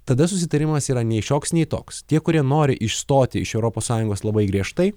tada susitarimas yra nei šioks nei toks tie kurie nori išstoti iš europos sąjungos labai griežtai